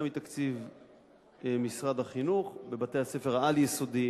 מתקציב משרד החינוך בבתי-הספר העל-יסודיים.